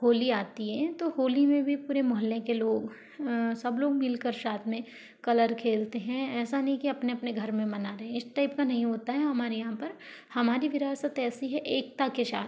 होली आती है तो होली में भी पूरे मोहल्ले के लोग सब लोग मिलकर साथ में कलर खेलते हैं ऐसा नहीं कि अपने अपने घर में मना रहे इस टाइप का नहीं होता है हमारे यहाँ पर हमारी विरासत ऐसी है एकता के साथ